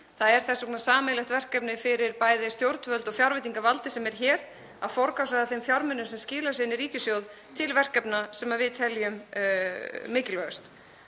Það er þess vegna sameiginlegt verkefni fyrir bæði stjórnvöld og fjárveitingavaldið sem er hér að forgangsraða þeim fjármunum sem skila sér inn í ríkissjóð til verkefna sem við teljum mikilvægust.